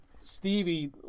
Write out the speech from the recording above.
Stevie